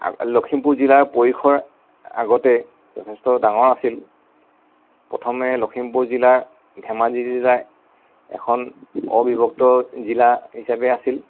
লখিমপুৰ জিলাৰ পৰিসৰ আগতে যথেষ্ট ডাঙৰ আছিল প্ৰথমে লখিমপুৰ জিলাৰ ধেমাজী জিলা এখন অবিভক্ত জিলা হিচাপে আছিল